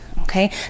okay